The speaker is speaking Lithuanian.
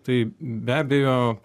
tai be abejo